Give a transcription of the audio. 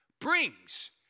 brings